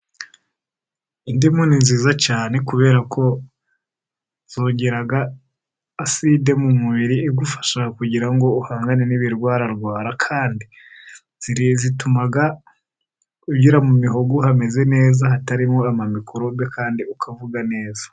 Indimu ni nziza cyane kubera ko zongera aside mu mubiri, igufasha kugira ngo uhangane n'ibirwararwara kandi, zituma ugira mu mihogo hameze neza hatarimo amamikorobe kandi ukavuga neza.